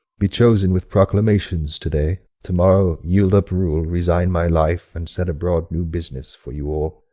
be chosen with proclamations to-day, to-morrow yield up rule, resign my life, and set abroad new business for you all?